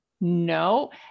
no